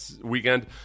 weekend